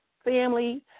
family